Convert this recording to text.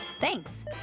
Thanks